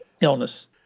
illness